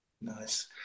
Nice